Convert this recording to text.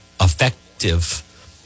effective